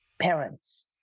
parents